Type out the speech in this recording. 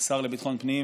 השר לביטחון פנים